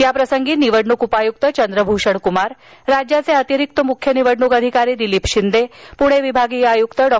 याप्रसंगी निवडणूक उपायुक्त चंद्र भूषण कुमार राज्याचे अतिरिक्त मुख्य निवडणूक अधिकारी दिलीप शिंदे पुणे विभागीय आयुक्त डॉ